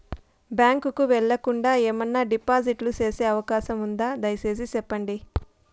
Bank కు వెళ్లకుండా, ఏమన్నా డిపాజిట్లు సేసే అవకాశం ఉందా, దయసేసి సెప్పండి?